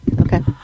Okay